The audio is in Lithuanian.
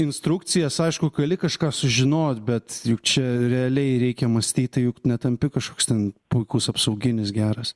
instrukcijas aišku gali kažką sužinot bet juk čia realiai reikia mąstyt tai juk netampi kažkoks ten puikus apsauginis geras